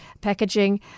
packaging